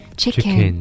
chicken